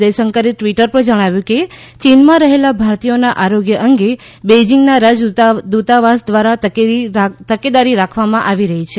જયશંકરે ટ્વીટર પર જણાવ્યું કે ચીનમાં રહેલા ભારતીયોના આરીગ્ય અંગે બેઇજિંગના રાજ દુતાવાસ દ્વારા તકેદારી રાખવામાં આવી રહી છે